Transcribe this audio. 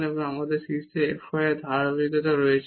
এবং আমাদের শীর্ষে f y এর এই ধারাবাহিকতা রয়েছে